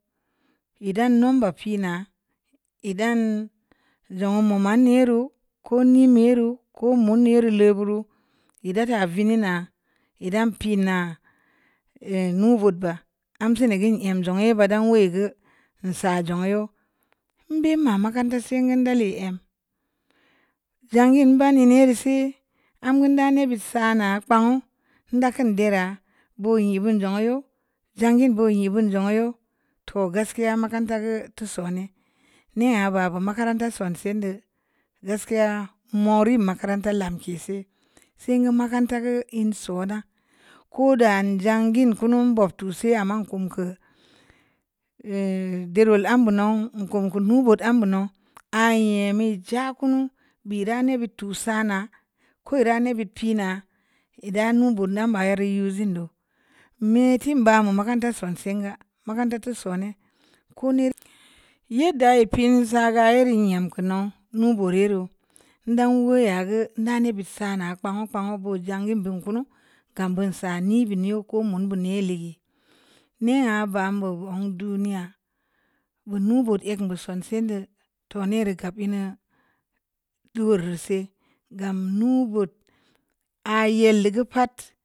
Ə dang’ number piina e’ dang zə mo mani rə ko’ nim me'rə ko mon niru la'guru e’ datta vini na edam piina mu vut ba am su ne’ ga'n em zo'a'e’ ba da'un we gə nsa joo yu mbe ma makaranta sengə dale em jangi banie’ nne ‘e’ si am gun də ne visa na pa'un nda kun dɛra ba'e’ bun jungiə’ to gaskiya makarantə sone’ nyea'ba bu makaranta sanse'ndə gaskiya mure’ makaranta lamke’ si sengə makaranta gə ən soda ko da jangi kunu gbo tu se’ ama kum kə dereu am buno nkon kon mu tot am bunu aii mi ja kunu bera ni bitu sa na kurə ne’ bib te’ pina ida nu bab lam'mari zeu'e’ do mi tin babu makaratna sunsenga makaranta tu sene’ kuni liddə e’ pin saga a rin ya'm kunu mubu reureu nda'o yagə nane’ bib sana kpwon kpwon bu jangi bun kunu kam bu sani vineu kon mun buni lii n'e’a vam bu gə duniya bunu vut egmubu sonse’ ndo tonirɛ ni kab n'e'a do'o’ reuse’ gam nuvut a yel gə pat.